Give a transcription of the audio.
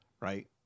right